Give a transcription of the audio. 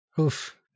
Oof